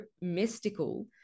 mystical